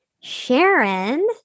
Sharon